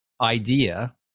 idea